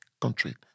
country